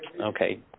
Okay